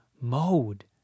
mode